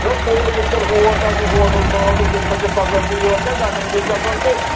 A تۄہہِ ہَے ییٚتہِ پٮ۪ٹھ ہور تام چھِ ہوٹلَس ناو تہٕ ییٚتہِ ہسا چھِ فیسَلٹی یِہَے چھا گَگرَن ہٕنٛز فیسَلٹی